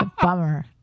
bummer